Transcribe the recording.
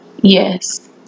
Yes